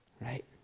right